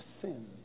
sin